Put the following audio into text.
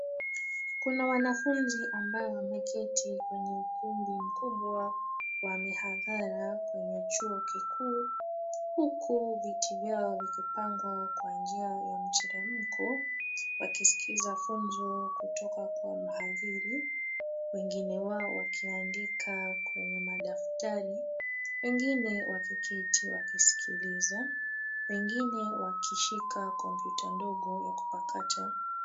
Kuna wanafunzi ambao wameketi kwenye ukumbi mkubwa wa mihadhara kwenye chuo kikuu huku viti vyao vijipangwa kwa njia ya mteremko. Wakisikiza funzo kutoka kwa mhadhiri, wengine wao wakiandika kwenye madaftari wengine wakiketi wakisikiliza, wengine wakishika kompyuta ndogo ya kupakata.